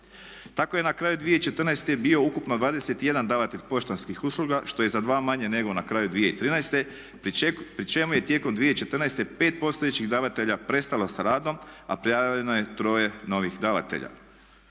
Tako je na kraju 2014. bio ukupno 21 davatelj poštanskih usluga što je za 2 manje nego na kraju 2013. pri čemu je tijekom 2014. 5 postojećih davatelja prestalo sa radom a prijavljeno je troje novih davatelja.